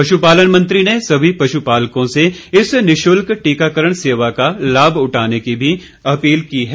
पशु पालन मंत्री ने सभी पशुपालकों से इस निःशुल्क टीकाकरण सेवा का लाभ उठाने की अपील की है